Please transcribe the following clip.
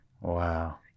Wow